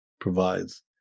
provides